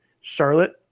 Charlotte